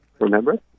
Remember